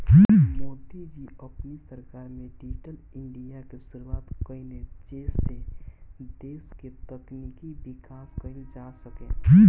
मोदी जी अपनी सरकार में डिजिटल इंडिया के शुरुआत कईने जेसे देस के तकनीकी विकास कईल जा सके